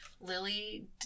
Lily